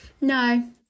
No